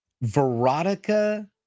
Veronica